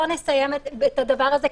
בוא נסיים את הדבר הזה,